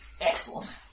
Excellent